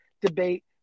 debate